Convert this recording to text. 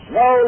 no